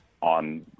on